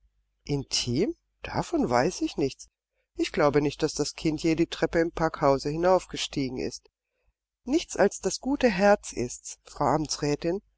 intim davon weiß ich nichts ich glaube nicht daß das kind je die treppe im packhause hinaufgestiegen ist nichts als das gute herz ist's